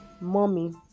Mommy